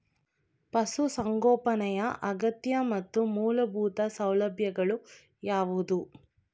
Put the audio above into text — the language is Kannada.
ಪಶುಸಂಗೋಪನೆಯ ಅಗತ್ಯ ಮತ್ತು ಮೂಲಭೂತ ಸೌಲಭ್ಯಗಳು ಯಾವುವು?